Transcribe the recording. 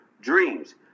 dreams